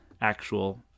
actual